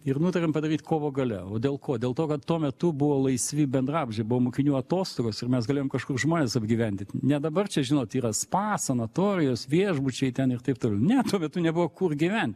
ir nutarėm padaryt kovo gale o dėl ko dėl to kad tuo metu buvo laisvi bendrabučiai buvo mokinių atostogos ir mes galėjom kažkokius žmones apgyvendint ne dabar čia žinot yra spa sanatorijos viešbučiai ten ir taip toliau ne tuo metu nebuvo kur gyven